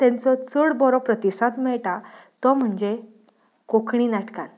तांचो चड बरो प्रतिसाद मेळटा तो म्हणजे कोंकणी नाटकांत